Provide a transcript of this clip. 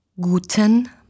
Guten